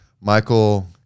Michael